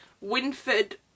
Winford